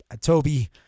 Toby